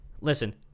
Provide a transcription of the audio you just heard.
listen